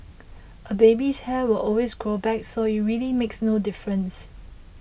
a baby's hair will always grow back so it really makes no difference